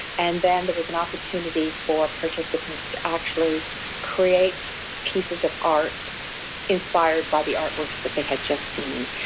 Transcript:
and then there was an opportunity for participants to actually create pieces of art inspired by the artworks that they had just seen.